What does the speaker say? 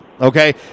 Okay